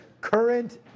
current